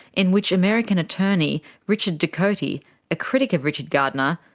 in which american attorney richard ducote, a ah critic of richard gardner,